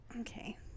Okay